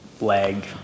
leg